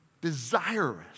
desirous